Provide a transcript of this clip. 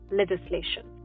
legislation